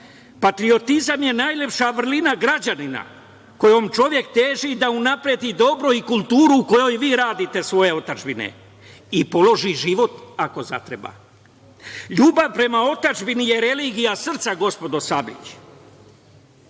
Patriotizam je najlepša vrlina građanina, kojom čovek teži da unapredi dobro i kulturu u kojoj vi radite, svoje otadžbine i položi život, ako zatreba. Ljubav prema otadžbini je religija srca, gospođo Sablić. Kada